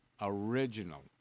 Original